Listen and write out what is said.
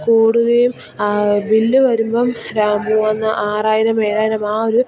കൂടുകയും ബില്ല് വരുമ്പോൾ മൂന്ന് ആറായിരം ഏഴായിരം ആവൊരു